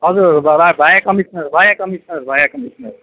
हजुर भा भाया कमिसनर भाया कमिसनर भाया कमिसनर